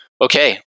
Okay